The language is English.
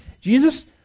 Jesus